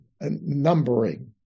numbering